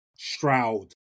Stroud